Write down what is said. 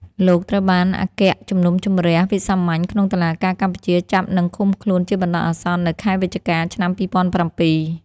លោក ត្រូវបានអគ្គជំនុំជម្រះវិសាមញ្ញក្នុង តុលាការកម្ពុជាចាប់និងឃុំខ្លួនជាបណ្តោះអាសន្ននៅខែវិច្ឆិកា ឆ្នាំ២០០៧។